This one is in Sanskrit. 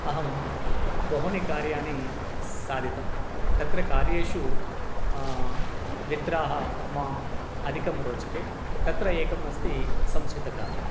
अहं बहूनि कार्याणि साधितं तत्र कार्येषु द्वित्राः माम् अधिकं रोचते तत्र एकम् अस्ति संस्कृतकार्यम्